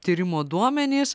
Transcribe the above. tyrimo duomenys